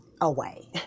away